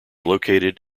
located